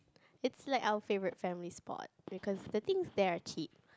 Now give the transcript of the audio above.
it's like our favourite family spot because the things there are cheap